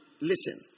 listen